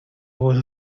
voz